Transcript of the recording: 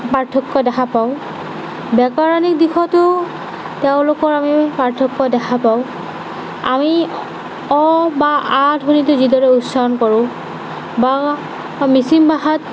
পাৰ্থক্য দেখা পাওঁ ব্যাকৰণিক দিশতো তেওঁলোকৰ আমি পাৰ্থক্য দেখা পাওঁ আমি অ বা আ ধ্বনিটো যিদৰে উচ্চাৰণ কৰোঁ বা মিচিং ভাষাত